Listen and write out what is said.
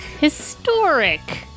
Historic